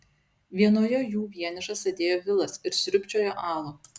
vienoje jų vienišas sėdėjo vilas ir sriubčiojo alų